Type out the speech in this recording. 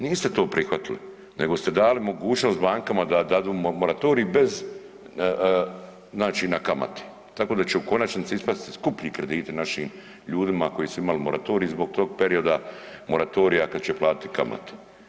Niste to prihvatili, nego ste dali mogućnost bankama da dadu moratorij bez, znači na kamati tako da će u konačnici ispasti skuplji krediti našim ljudima koji su imali moratorij zbog tog perioda moratorija kad će platiti kamate.